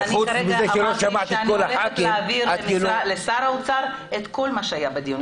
אני אמרתי כרגע שאני הולכת להעביר לשר האוצר את כל מה שהיה בדיון.